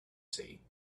see